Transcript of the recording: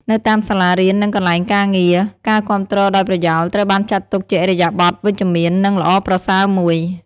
នៅតាមសាលារៀន និងកន្លែងការងារ ការគាំទ្រដោយប្រយោលត្រូវបានចាត់ទុកជាឥរិយាបថវិជ្ជមាន និងល្អប្រសើរមួយ។